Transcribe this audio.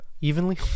Evenly